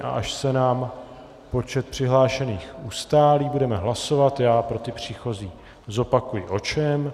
Až se nám počet přihlášených ustálí, budeme hlasovat, pro příchozí zopakuji o čem.